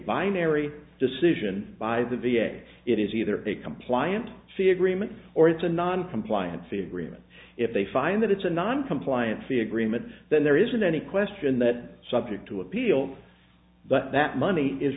binary decision by the v a it is either a compliant fee agreement or it's a non compliant fee agreement if they find that it's a non compliant fee agreement then there isn't any question that subject to appeal but that money is